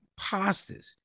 pastas